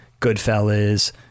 Goodfellas